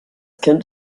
kind